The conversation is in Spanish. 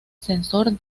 sensor